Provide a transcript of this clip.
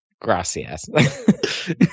Gracias